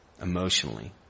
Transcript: emotionally